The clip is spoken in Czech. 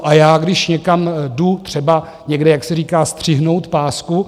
A já když někam jdu, třeba někde, jak se říká, střihnout pásku...